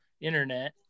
internet